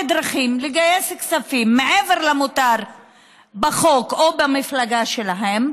דרכים לגייס כספים מעבר למותר בחוק או במפלגה שלהם,